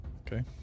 Okay